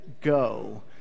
go